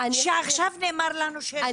שעכשיו נאמר לנו שיש בו גירעון?